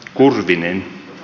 plenum börjar